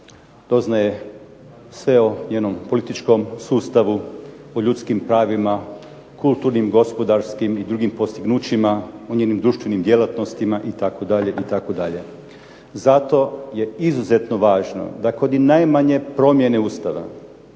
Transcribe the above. Doznaje sve o njenom političkom sustavu, o ljudskim pravima, kulturnim, gospodarskim i drugim postignućima, o njenim društvenim djelatnostima itd. Zato je izuzetno važno da kod i najmanje promjene Ustava